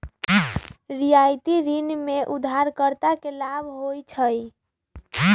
रियायती ऋण में उधारकर्ता के लाभ होइ छइ